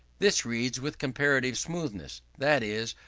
this reads with comparative smoothness that is,